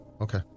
Okay